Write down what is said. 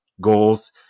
goals